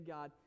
God